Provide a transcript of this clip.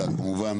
אלא כמובן